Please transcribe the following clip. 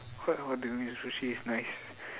what what do you mean sushi is nice